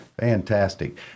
Fantastic